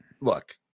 look